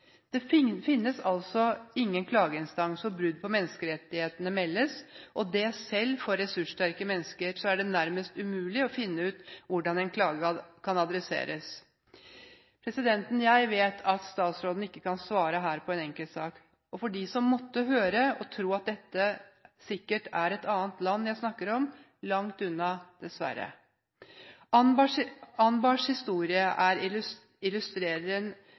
Det finnes altså ingen klageinstans hvor brudd på menneskerettighetene meldes til, og selv for ressurssterke mennesker er det nærmest umulig å finne ut hvordan en klage kan adresseres. Jeg vet at statsråden ikke kan svare her på en enkeltsak. For dem som måtte høre på og tro at det sikkert er et annet land jeg snakker om – langt unna – dessverre.